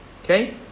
okay